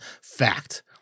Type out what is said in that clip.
fact